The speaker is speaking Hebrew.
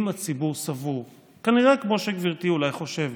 אם הציבור סבור, כנראה כמו שגברתי אולי חושבת,